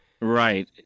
Right